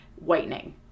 Whitening